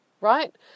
right